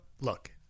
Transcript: Look